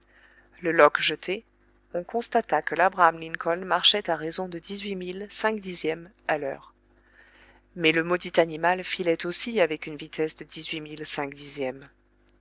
le loch jeté on constata que labraham lincoln marchait à raison de dix-huit milles cinq dixièmes à l'heure mais le maudit animal filait aussi avec une vitesse de